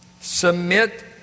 submit